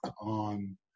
on